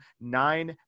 nine